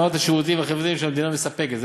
ברמת השירותים החברתיים שהמדינה מספקת.